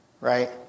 right